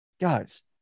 guys